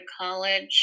college